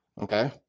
Okay